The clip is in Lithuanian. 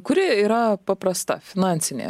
kuri yra paprasta finansinė